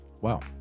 Wow